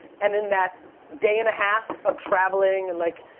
and in that day and a half of traveling and, like,